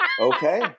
okay